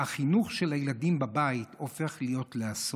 החינוך של הילדים בבית הופך להיות אסון.